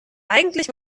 eigentlich